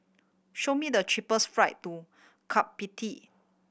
show me the cheapest flight to Kiribati